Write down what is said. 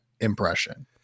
impression